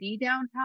downtown